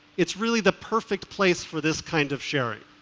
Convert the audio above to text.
it's really the perfect place for this kind of sharing.